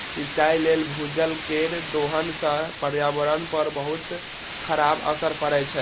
सिंचाइ लेल भूजल केर दोहन सं पर्यावरण पर बहुत खराब असर पड़ै छै